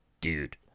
Dude